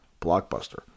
Blockbuster